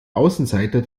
außenseiter